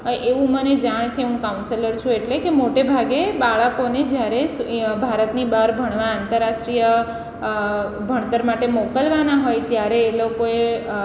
એ એવું મને જાણ છે હું કાઉન્સલર છું એટલે કે મોટે ભાગે બાળકોને જ્યારે સ ભારતની બહાર ભણવા આંતરરાષ્ટ્રીય ભણતર માટે મોકલવાના હોય ત્યારે એ લોકોએ